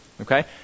Okay